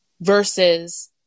versus